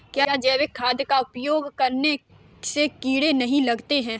क्या जैविक खाद का उपयोग करने से कीड़े नहीं लगते हैं?